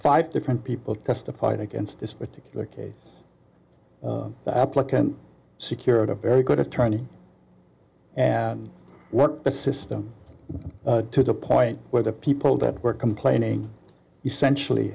five different people testified against this particular case the applicant secured a very good attorney and the system to the point where the people that were complaining essentially